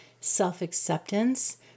self-acceptance